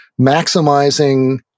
maximizing